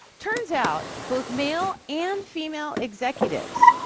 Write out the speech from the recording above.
turns out, both male and female executives,